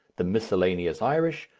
the miscellaneous irish,